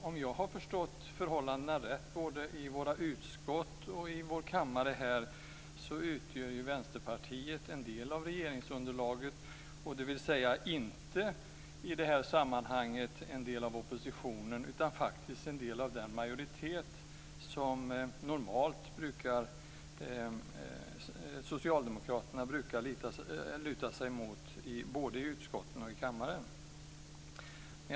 Om jag har förstått förhållandena rätt, både i våra utskott och i vår kammare, utgör Vänsterpartiet en del av regeringsunderlaget, dvs. inte en del av oppositionen utan en del av den majoritet som Socialdemokraterna brukar luta sig mot både i utskotten och i kammaren.